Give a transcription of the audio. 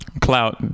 Clout